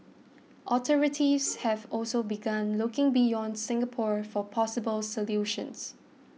authorities have also begun looking beyond Singapore for possible solutions